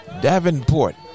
Davenport